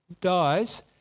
dies